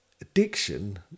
addiction